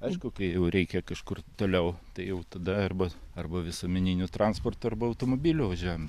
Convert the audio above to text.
aišku kai jau reikia kažkur toliau tai jau tada arba arba visuomeniniu transportu arba automobiliu važiuojam